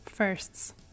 firsts